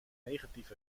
negatief